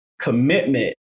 commitment